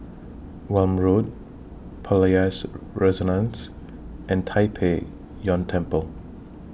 Welm Road Palais Renaissance and Tai Pei Yuen Temple